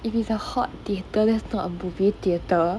if it's a hot theater that's not a movie theatre